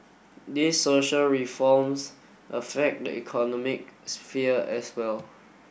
these social reforms affect the economic sphere as well